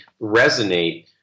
resonate